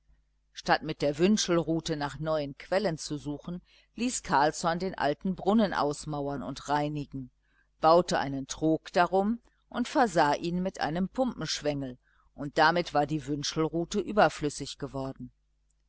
statt mit der wünschelrute nach neuen quellen zu suchen ließ carlsson den alten brunnen ausmauern und reinigen baute einen trog darum und versah ihn mit einem pumpenschwengel und damit war die wünschelrute überflüssig geworden